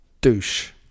douche